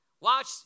watch